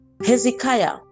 Hezekiah